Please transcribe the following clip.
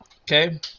Okay